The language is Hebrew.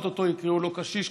אוטוטו יקראו לו קשיש.